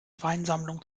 weinsammlung